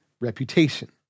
reputation